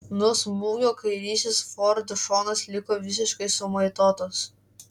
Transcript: nuo smūgio kairysis ford šonas liko visiškai sumaitotas